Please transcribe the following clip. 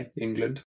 England